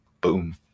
boom